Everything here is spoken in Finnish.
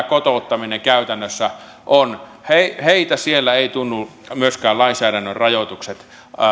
kotouttaminen käytännössä on heitä siellä eivät tunnu myöskään lainsäädännön rajoitukset